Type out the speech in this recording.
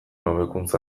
hobekuntza